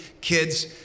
kids